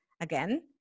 again